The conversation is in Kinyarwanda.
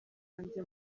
wanjye